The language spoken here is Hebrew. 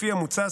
לפי המוצע,